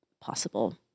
possible